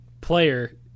player